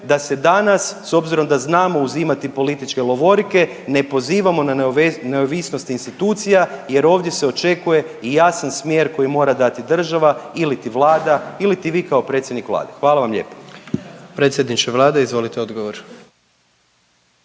da se danas, s obzirom da znamo uzimati političke lovorike, ne pozivamo na neovisnost institucija jer ovdje se očekuje i jasan smjer koji mora dati država iliti Vlada iliti vi kao predsjednik Vlade, hvala vam lijepo. **Jandroković, Gordan